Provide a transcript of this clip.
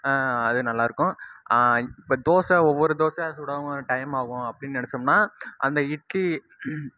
அது நல்லா இருக்கும் இப்போ தோசை ஒவ்வொரு தோசையாக சுடவும் டைம் ஆகும் அப்படின்னு நெனைச்சோம்னா அந்த இட்லி